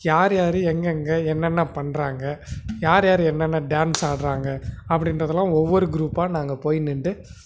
யார் யார் எங்கெங்க என்னென்ன பண்றாங்க யார் யார் என்னென்ன டேன்ஸ் ஆடுறாங்க அப்படின்றதுலாம் ஒவ்வொரு குரூப்பாக நாங்கள் போய் நின்றுட்டு